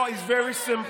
This law is very simple,